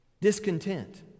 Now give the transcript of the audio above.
Discontent